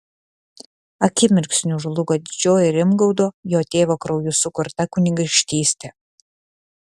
akimirksniu žlugo didžioji rimgaudo jo tėvo krauju sukurta kunigaikštystė